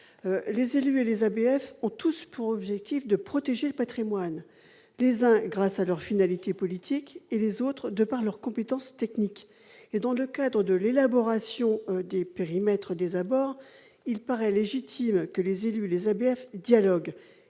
Les élus et les ABF ont tous pour objectif de protéger le patrimoine, les uns grâce à leur finalité politique et les autres de par leurs compétences techniques. Dans le cadre de l'élaboration des périmètres des abords, il paraît légitime que les élus et les ABF dialoguent.